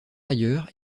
ailleurs